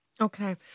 Okay